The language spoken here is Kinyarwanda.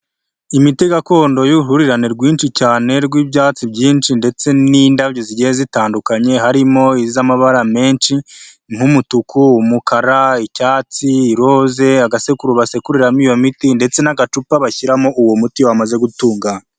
Imiti gakondo y'uruhurirane rwinshi cyane rw'ibyatsi byinshi ndetse n'indabyo zigiye zitandukanye harimo iz'amabara menshi nk'umutuku, umukara, icyatsi, iroze, agasekuru basekuriramo iyo miti ndetse n'agacupa bashyiramo uwo muti iyo wamaze gutunganywa.